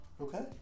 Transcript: Okay